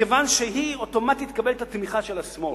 כיוון שהיא אוטומטית תקבל את התמיכה של השמאל,